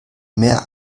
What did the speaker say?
mehr